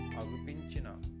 agupinchina